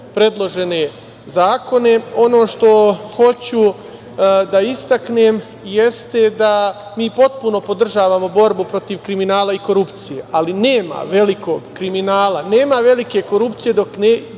predložene zakone. Ono što hoću da istaknem jeste da mi potpuno podržavamo borbu protiv kriminala i korupcije, ali nema velikog kriminala, nema velike korupcije dok oni